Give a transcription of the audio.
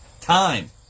time